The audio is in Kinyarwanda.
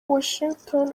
washington